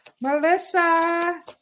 Melissa